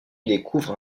découvre